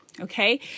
Okay